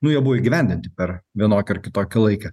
nu jie buvo įgyvendinti per vienokį ar kitokį laiką